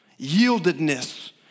Yieldedness